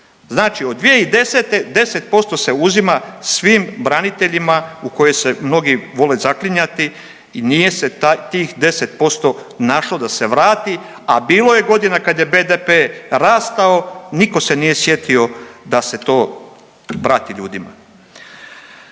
znači od 2010. 10% se uzima svim braniteljima u koje se mnogi vole zaklinjati i nije se tih 10% našlo da se vrati, a bilo je godina kad je BDP rastao, niko se nije sjetio da se to vrati ljudima.